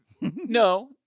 no